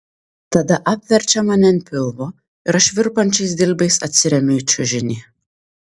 tada apverčia mane ant pilvo ir aš virpančiais dilbiais atsiremiu į čiužinį